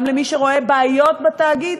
גם למי שרואה בעיות בתאגיד,